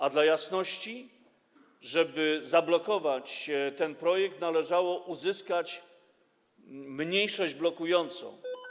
A dla jasności: żeby zablokować ten projekt, należało uzyskać mniejszość blokującą.